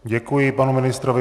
Děkuji panu ministrovi.